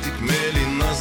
tik mėlynas